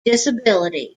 disabilities